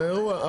זה האירוע,